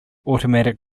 automatic